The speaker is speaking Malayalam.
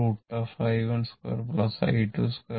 in2 n അല്ലെങ്കിൽ I √i12 i22